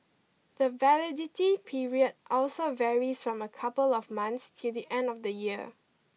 the validity period also varies from a couple of months till the end of the year